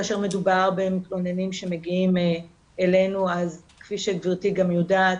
כאשר מדובר במתלוננים שמגיעים אלינו אז כפי שגברתי גם יודעת,